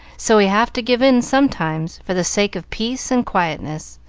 so we have to give in, sometimes, for the sake of peace and quietness.